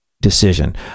decision